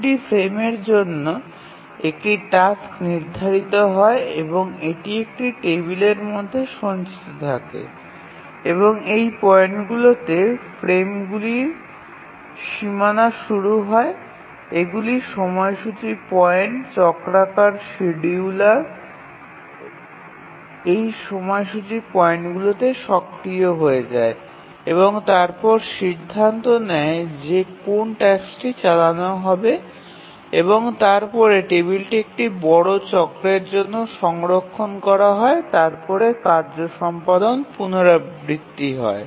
প্রতিটি ফ্রেমের জন্য একটি টাস্ক নির্ধারিত হয় এবং এটি একটি টেবিলের মধ্যে সঞ্চিত থাকে এবং এই পয়েন্টগুলিতে ফ্রেমগুলিরসীমানা শুরু হয় এগুলি সময়সূচী পয়েন্ট চক্রাকার শিডিয়ুলার এই সময়সূচী পয়েন্টগুলিতে সক্রিয় হয়ে যায় এবং তারপরে সিদ্ধান্ত নেয় যে কোন টাস্কটি চালানো হবে এবং তারপরে টেবিলটি একটি বড় চক্রের জন্য সংরক্ষণ করা হয় এবং তারপরে কার্য সম্পাদন পুনরাবৃত্তি হয়